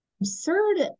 Absurd